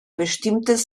bestimmtes